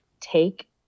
take